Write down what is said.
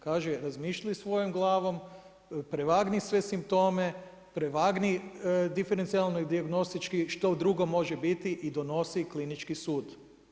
Kaže razmišljaj svojom glavom, prevagni sve simptome, prevagni diferencijalno i dijagnostički, što drugo može biti i donosi klinički sud.